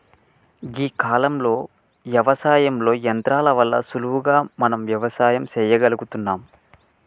గీ కాలంలో యవసాయంలో యంత్రాల వల్ల సులువుగా మనం వ్యవసాయం సెయ్యగలుగుతున్నం